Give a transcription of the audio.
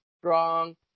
strong